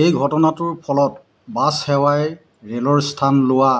এই ঘটনাটোৰ ফলত বাছ সেৱাই ৰে'লৰ স্থান লোৱা